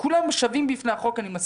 כולנו שווים בפני החוק, אני מסכים.